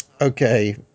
Okay